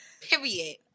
Period